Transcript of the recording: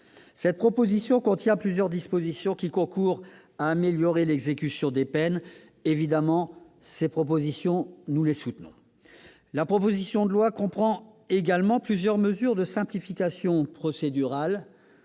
Cette proposition contient plusieurs dispositions qui concourent à améliorer l'exécution des peines ; nous les soutenons. La proposition de loi comprend également plusieurs mesures de simplification procédurale